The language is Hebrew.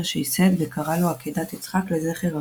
שייסד וקרא לו "עקדת יצחק" לזכר אביו.